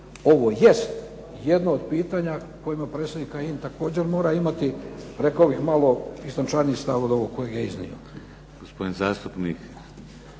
ovo jest jedno od pitanja kojima predstavnik Kajin također mora imati preko ovih malo istančaniji stav od ovoga koje ga je iznio.